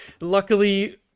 luckily